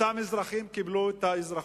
אותם אזרחים קיבלו את האזרחות.